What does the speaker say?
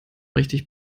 richtig